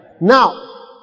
now